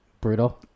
Brutal